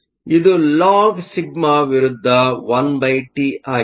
ಆದ್ದರಿಂದ ಇದು ಲಾಗ್σ ವಿರುದ್ಧ 1T ಆಗಿದೆ